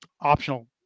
optional